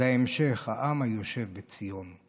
זה ההמשך, העם היושב בציון.